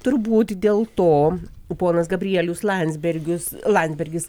turbūt dėl to ponas gabrielius landsbergius landsbergis